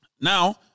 Now